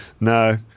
no